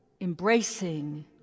embracing